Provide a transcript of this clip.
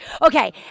Okay